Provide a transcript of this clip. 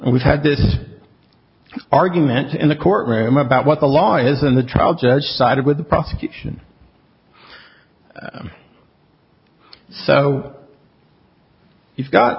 ed we've had this argument in the courtroom about what the law is and the trial judge sided with the prosecution so he's got